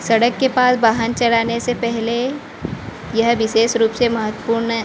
सड़क के पास वाहन चलाने से पहले यह विशेष रूप से महत्वपूर्ण है